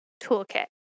toolkit